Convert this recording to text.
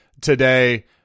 today